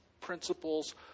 principles